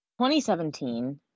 2017